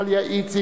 דליה איציק,